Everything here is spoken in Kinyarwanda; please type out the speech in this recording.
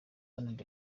iharanira